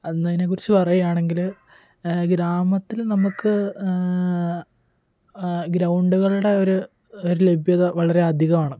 എന്നതിനെക്കുറിച്ച് പറയാണെങ്കില് ഗ്രാമത്തില് നമുക്ക് ഗ്രൗണ്ട്കളുടെ ഒരു ഒരു ലഭ്യത വളരെ അധികാണ്